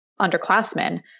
underclassmen